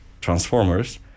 Transformers